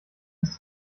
bis